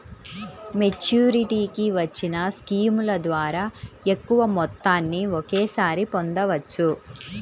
మెచ్యూరిటీకి వచ్చిన స్కీముల ద్వారా ఎక్కువ మొత్తాన్ని ఒకేసారి పొందవచ్చు